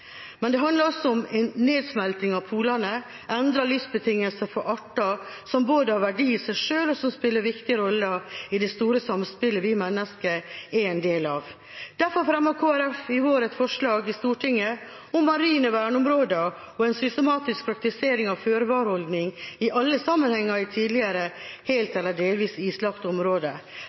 men det handler også om en nedsmelting av polene, endrede livsbetingelser for arter som både har verdi i seg selv, og som spiller en viktig rolle i det store samspillet vi mennesker er en del av. Derfor fremmet Kristelig Folkeparti i vår et forslag i Stortinget om marine verneområder og en systematisk praktisering av en føre-var-holdning i alle sammenhenger i tidligere helt eller delvis islagte områder.